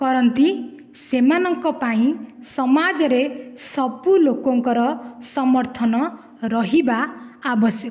କରନ୍ତି ସେମାନଙ୍କ ପାଇଁ ସମାଜରେ ସବୁ ଲୋକଙ୍କର ସମର୍ଥନ ରହିବା ଆବଶ୍ୟକ